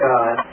God